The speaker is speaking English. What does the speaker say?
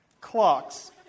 Clocks